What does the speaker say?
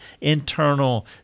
internal